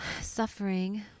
suffering